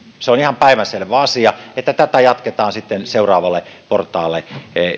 se on ihan päivänselvä asia että tätä jatketaan sitten seuraavalle portaalle